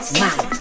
mind